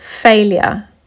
failure